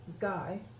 guy